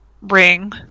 ring